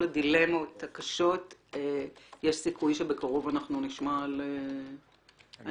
הדילמות הקשות יש סיכוי שבקרוב אנחנו נשמע על הנוהל?